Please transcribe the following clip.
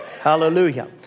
Hallelujah